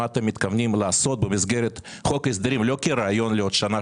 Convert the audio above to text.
מה אתם מתכוונים לעשות במסגרת חוק ההסדרים לא כרעיון לעוד שנה,